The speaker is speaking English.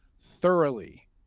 thoroughly